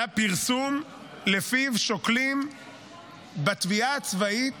היה פרסום שלפיו בתביעה הצבאית